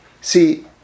see